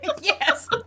Yes